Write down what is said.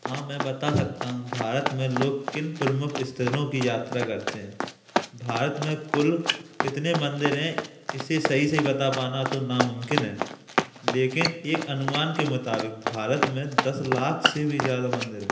हाँ मैं बता सकता हूँ भारत में लोग किन प्रमुख स्थलों की यात्रा करते हैं भारत में कुल कितने मंदिर हैं इसे सही सही बता पाना तो नामुमकिन है लेकिन एक अनुमान के मुताबिक भारत में दस लाख से भी ज़्यादा मंदिर हैं